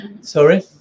sorry